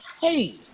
hey